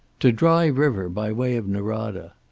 to dry river, by way of norada.